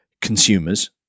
consumers